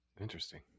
Interesting